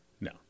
No